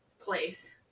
place